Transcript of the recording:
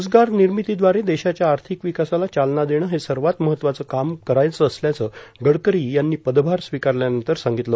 रोजगार निर्मितीदवारे देशाच्या आर्थिक विकासाला चालना देणं हे सर्वात महत्वाचं काम करायचं असल्याचं गडकरी यांनी पदभार स्वीकारल्यानंतर सांगितलं